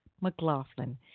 McLaughlin